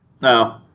No